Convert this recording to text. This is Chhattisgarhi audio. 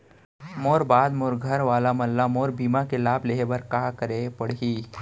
मोर बाद मोर घर वाला मन ला मोर बीमा के लाभ लेहे बर का करे पड़ही?